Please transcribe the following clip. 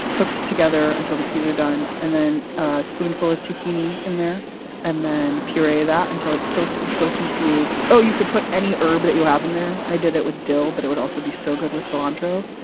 cooked together until the peas are done. and then a spoonful of tahini in there and then puree that until it's silky, silky smooth. oh, you could put any herb that you have in there. i did it with dill, but it would also be so good with cilantro.